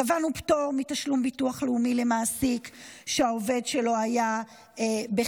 קבענו פטור מתשלום ביטוח לאומי למעסיק שהעובד שלו היה בחל"ת,